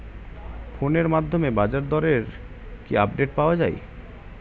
ফোনের মাধ্যমে বাজারদরের কি আপডেট পাওয়া যায়?